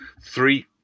three